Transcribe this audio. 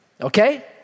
okay